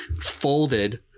folded